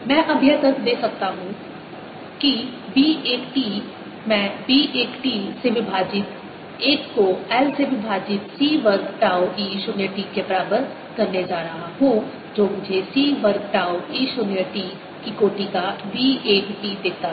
मैं अब यह तर्क दे सकता हूं कि सकता हूं कि B1 t मैं B1 t से विभाजित l को l से विभाजित C वर्ग टाउ E 0 t के बराबर करने जा रहा हूं जो मुझे C वर्ग टाउ E 0 t की कोटि का B l t देता है